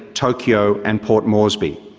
tokyo and port moresby.